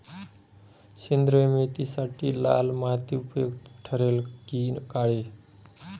सेंद्रिय मेथीसाठी लाल माती उपयुक्त ठरेल कि काळी?